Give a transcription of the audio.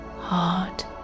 heart